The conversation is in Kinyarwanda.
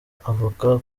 avoka